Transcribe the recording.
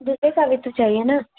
दूल्हे का भी तो चाहिए ना